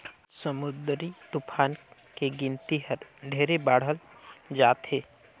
आज समुददरी तुफान के गिनती हर ढेरे बाढ़त जात हे